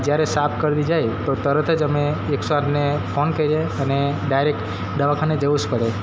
જ્યારે સાપ કરડી જાયે તો તરત જ અમે એકસો આઠને ફોન કરીએ અને ડાયરેક દવાખાને જવું જ પડે